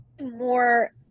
more